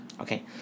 Okay